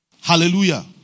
Hallelujah